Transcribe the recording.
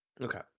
Okay